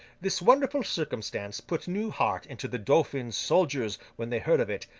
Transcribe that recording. this wonderful circumstance put new heart into the dauphin's soldiers when they heard of it,